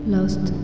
Lost